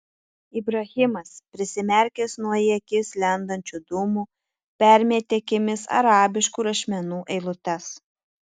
ibrahimas prisimerkęs nuo į akis lendančių dūmų permetė akimis arabiškų rašmenų eilutes